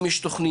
אם יש תוכניות